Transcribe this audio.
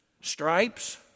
Stripes